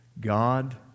God